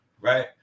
right